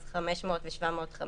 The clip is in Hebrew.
אז 500 ו-750,